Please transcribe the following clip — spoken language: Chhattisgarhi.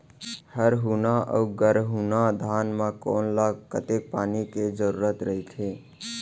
हरहुना अऊ गरहुना धान म कोन ला कतेक पानी के जरूरत रहिथे?